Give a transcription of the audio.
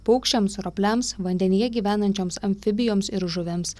paukščiams ropliams vandenyje gyvenančioms amfibijoms ir žuvims